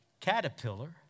caterpillar